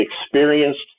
experienced